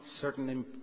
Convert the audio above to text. certain